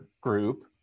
group